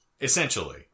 essentially